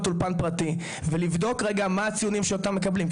אולפן פרטי ולבדוק רגע מה הציונים שאותם מקבלים,